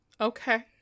Okay